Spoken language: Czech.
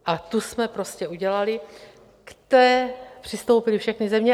A tu jsme prostě udělali, k té přistoupily všechny země.